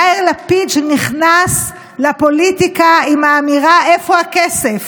יאיר לפיד, שנכנס לפוליטיקה עם האמירה איפה הכסף,